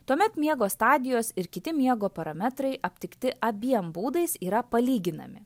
tuomet miego stadijos ir kiti miego parametrai aptikti abiem būdais yra palyginami